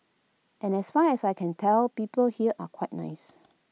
and as far as I can tell people here are quite nice